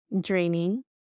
draining